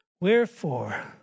Wherefore